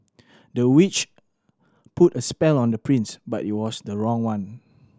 the witch put a spell on the prince but it was the wrong one